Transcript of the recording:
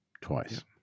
twice